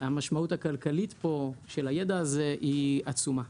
המשמעות הכלכלית פה של הידע הזה היא עצומה.